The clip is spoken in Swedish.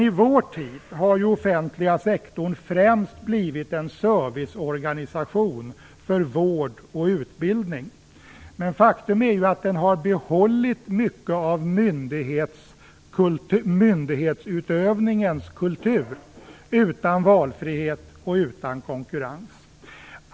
I vår tid har den offentliga sektorn främst blivit en serviceorganisation för vård och utbildning. Men faktum är att den har behållit mycket av myndighetsutövningens kultur, utan valfrihet och utan konkurrens.